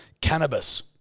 Cannabis